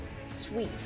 Sweet